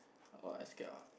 what what I scared ah